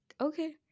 okay